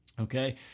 Okay